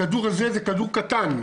הכדור הזה הוא כדור קטן.